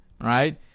right